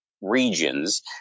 regions